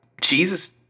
Jesus